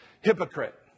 hypocrite